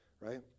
right